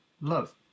Love